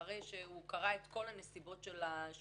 אחרי שהוא קרא את כל הנסיבות של החייב,